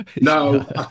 No